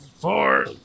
four